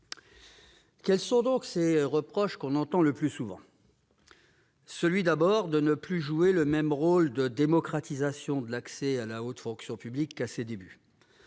Quels sont donc les reproches que l'on entend le plus souvent ? D'abord, celui de ne plus jouer le même rôle de démocratisation de l'accès à la haute fonction publique qu'à ses débuts.